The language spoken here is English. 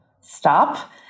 stop